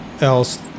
else